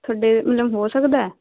ਤੁਹਾਡੇ ਮਤਲਬ ਹੋ ਸਕਦਾ ਹੈ